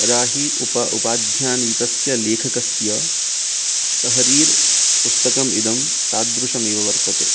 राही उप उपाध्यान् वितस्य लेखकस्य तहदीर् पुस्तकम् इदं तादृशम् एव वर्तते